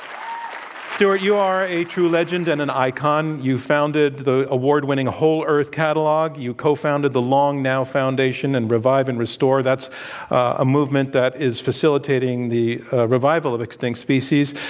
stewart, you are a true legend and an icon. you founded the award-winning whole earth catalog. you cofounded the long now foundation and revive and restore. that's a movement that is facilitating the revival of extinct species.